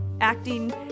Acting